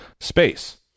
space